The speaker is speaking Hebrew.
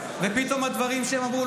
ופתאום הדברים שהם אמרו,